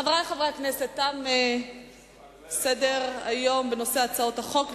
חברי חברי הכנסת, תם סדר-היום בנושא הצעות החוק.